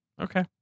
Okay